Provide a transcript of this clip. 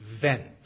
vent